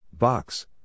Box